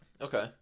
Okay